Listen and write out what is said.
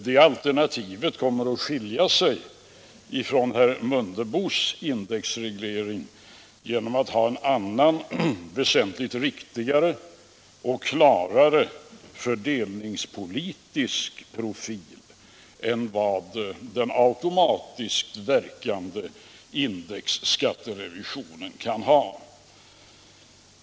Det alternativet kommer att skilja sig från herr Mundebos indexreglering genom att ha en annan, väsentligt riktigare och klarare fördelningspolitisk profil än vad den automatiskt verkande indexskatterevisionen kan ha.